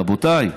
רבותיי,